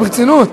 נו, ברצינות.